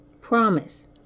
promise